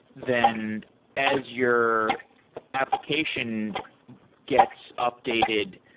then as your application gets updated,